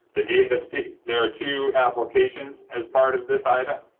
the dsp, there are two applications as part of this item.